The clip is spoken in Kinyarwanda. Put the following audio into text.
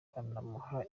banamuha